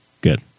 Good